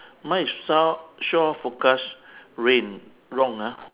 mine is sho~ shore forecast rain wrong ah